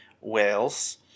Wales